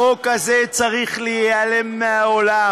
החוק הזה צריך להיעלם מהעולם.